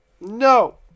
No